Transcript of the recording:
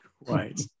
Right